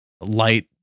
light